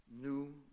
new